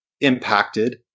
impacted